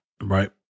Right